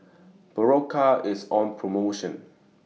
Berocca IS on promotion